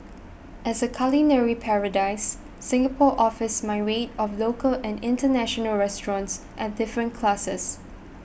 as a culinary paradise Singapore offers myriad of local and international restaurants at different classes